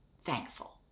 thankful